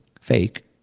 fake